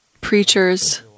preachers